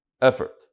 effort